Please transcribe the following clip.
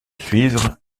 suivre